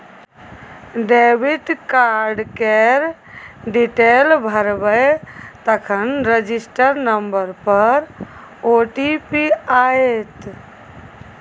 debit card केर detail भरबै तखन रजिस्टर नंबर पर ओ.टी.पी आएत